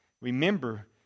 Remember